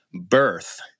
birth